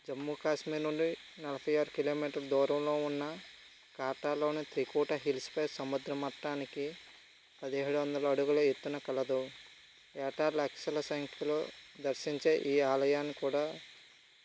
జమ్మూ కాశ్మీర్ నుంచి నలభై ఆరు కిలోమీటర్ల దూరంలో ఉన్న ఖాటాలో త్రికూట హిల్స్పై సముద్రమట్టానికి పదిహేడు వందల అడుగుల ఎత్తున కలదు ఏటా లక్షల సంఖ్యలో దర్శించే ఈ ఆలయాన్ని కూడా